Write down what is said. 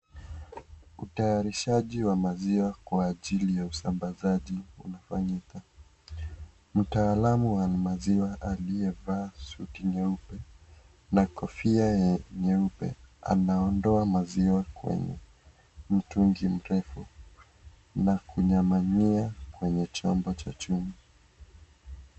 Utayarishaji wa maziwa kwa ajili ya usamabazaji unafanyika. Mtaalamu wa maziwa aliyevaa suti nyeupe na kofia nyeupe anaondoa maziwa kwenye mtungi mrefu na kunyamania kwenye chombo cha chuma.